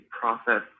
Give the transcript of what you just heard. process